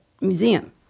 Museum